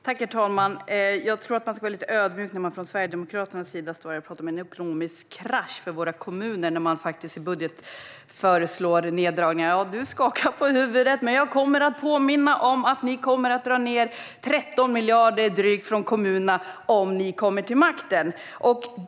Herr talman! Jag tror att man ska vara lite ödmjuk när man från Sverigedemokraternas sida står här och pratar om en ekonomisk krasch för våra kommuner när man faktiskt i budget föreslår neddragningar. Du skakar på huvudet, men jag kommer att påminna om att ni kommer att dra ned med drygt 13 miljarder för kommunerna om ni kommer till makten.